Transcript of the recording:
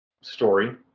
story